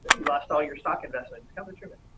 you lost all your stock investments coming true. but